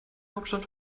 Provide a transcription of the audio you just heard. hauptstadt